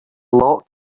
locked